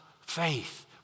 faith